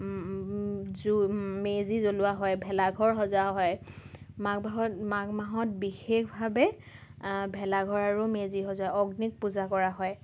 জু মেজি জ্বলোৱা হয় ভেলা ঘৰ সজা হয় মাঘ মাহত মাঘ মাহত বিশেষভাৱে ভেলাঘৰ আৰু মেজি সজোৱা অগ্নিক পূজা কৰা হয়